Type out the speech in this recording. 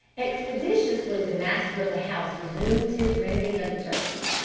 expeditiously the master of the house resumed his rending of the turkey.